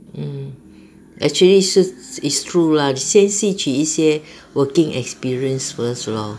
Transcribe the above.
mm actually 是 it's true lah 先吸取一些 working experience first lor